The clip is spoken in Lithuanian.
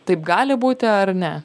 taip gali būti ar ne